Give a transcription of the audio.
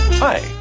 Hi